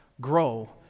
grow